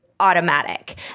automatic